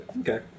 okay